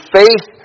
faith